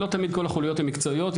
לא תמיד כל החוליות הן מקצועיות,